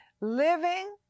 Living